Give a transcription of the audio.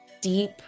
deep